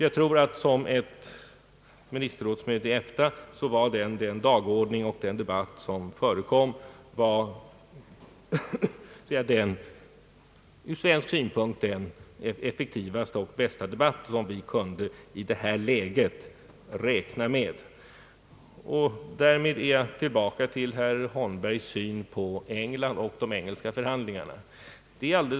Jag tror att den dagordning och den debatt som förekom vid EFTA:s ministerrådsmöte var det ur svensk synpunkt effektivaste och bästa som vi kunde räkna med i det här läget. Därmed är jag tillbaka vid herr Holmbergs syn på Englands problem och de engelska förhandlingarna.